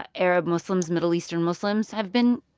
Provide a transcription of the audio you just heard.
ah arab muslims, middle eastern muslims have been